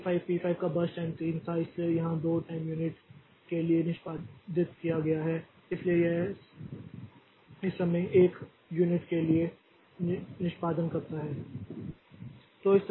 अब P 5 P 5 का burst time 3 था इसलिए यहां 2 टाइम यूनिट के लिए निष्पादित किया गया है इसलिए यह इस समय 1 यूनिट यूनिट के लिए निष्पादन करता है